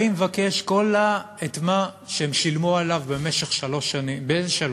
שהם באים לבקש כולה מה שהם שילמו עליו במשך 30 שנה?